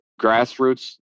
grassroots